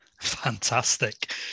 Fantastic